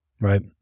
right